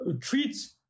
treats